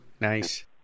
nice